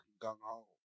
gung-ho